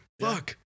Fuck